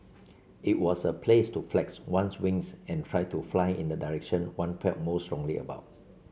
it was a place to flex one's wings and try to fly in the direction one felt most strongly about